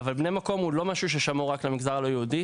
אבל בני מקום הוא לא משהו ששמור רק למגזר הלא יהודי.